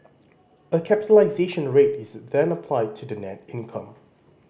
a capitalisation rate is then applied to the net income